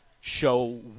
show